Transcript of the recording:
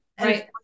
right